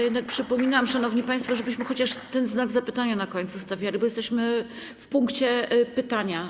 Jednak przypominam, szanowni państwo, żebyśmy chociaż ten znak zapytania na końcu stawiali, bo jesteśmy w punkcie: pytania.